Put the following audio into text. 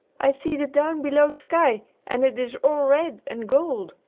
i see the down-below sky, and it is all red and gold!